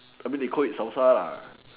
I mean they call it salsa lah